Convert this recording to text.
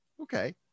Okay